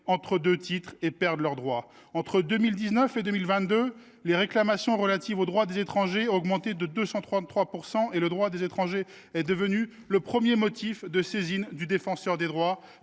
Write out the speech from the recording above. irrégulière, et perdent leurs droits. Entre 2019 et 2022, les réclamations relatives aux droits des étrangers ont augmenté de 233 % et le droit des étrangers est devenu le premier motif de saisine du Défenseur des droits,